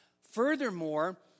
Furthermore